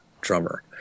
drummer